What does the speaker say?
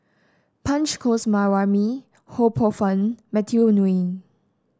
Punch Coomaraswamy Ho Poh Fun Matthew Ngui